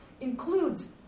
includes